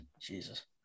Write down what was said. Jesus